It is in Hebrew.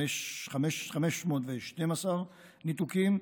512 ניתוקים,